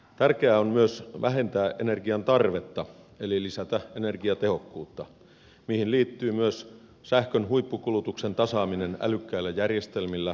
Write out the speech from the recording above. tärkeää on myös vähentää energian tarvetta eli lisätä energiatehokkuutta mihin liittyy myös sähkön huippukulutuksen tasaaminen älykkäillä järjestelmillä